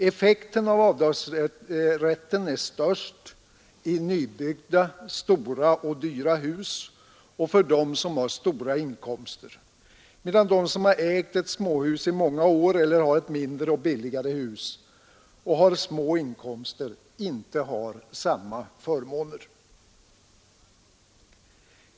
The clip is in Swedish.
Effekten av avdragsrätten är störst i nybyggda stora och dyra hus och för dem som har höga inkomster, medan de som ägt ett småhus i många år eller har ett mindre och billigare hus och har små inkomster inte får samma fördelar.